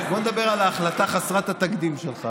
בואו נדבר על ההחלטה חסרת התקדים שלך